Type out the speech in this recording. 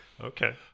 okay